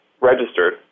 registered